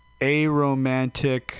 aromantic